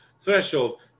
threshold